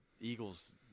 Eagles